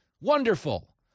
Wonderful